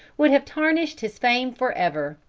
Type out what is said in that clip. would have tarnished his fame for ever.